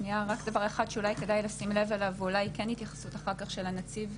רק דבר אחד שאולי כדאי לשים לב אליו ואולי כן התייחסות אחר כך של הנציב,